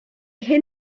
hyn